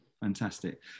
Fantastic